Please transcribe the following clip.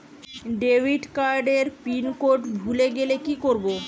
Debit card এর pin code ভুলে গেলে কি করব?